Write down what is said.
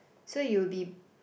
so you'll be